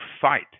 fight